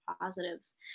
positives